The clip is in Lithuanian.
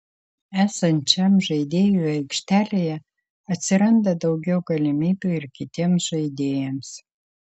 esant šiam žaidėjui aikštelėje atsiranda daugiau galimybių ir kitiems žaidėjams